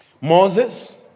Moses